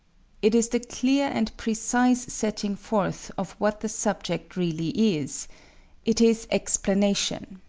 it is the clear and precise setting forth of what the subject really is it is explanation.